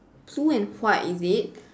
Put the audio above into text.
blue and white is it